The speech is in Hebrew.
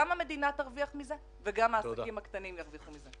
גם המדינה תרוויח מזה וגם העסקים הקטנים ירוויחו מזה.